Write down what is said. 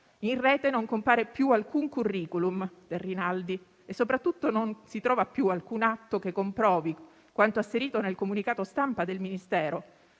in rete non compare più alcun *curriculum* del Rinaldi e - soprattutto - non si trova più alcun atto che comprovi quanto asserito nel comunicato stampa del Ministero,